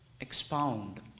expound